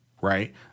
right